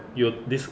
your this